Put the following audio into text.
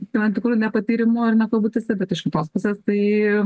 tam tikru nepatyrimu ar ne kabutėse bet iš kitos pusės tai